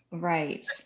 right